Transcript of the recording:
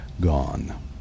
gone